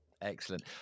Excellent